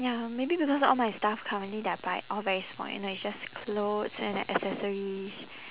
ya maybe because all my stuff currently that I buy all very small you know it's just clothes and like accessories